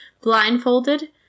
blindfolded